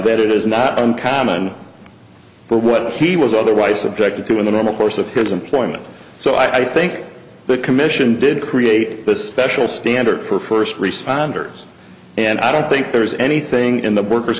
that it is not uncommon for what he was otherwise subjected to in the normal course of his employment so i think the commission did create a special standard for first responders and i don't think there is anything in the worker